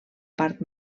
part